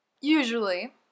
usually